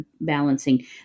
balancing